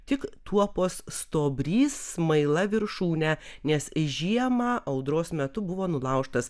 tik tuopos stuobrys smaila viršūne nes žiemą audros metu buvo nulaužtas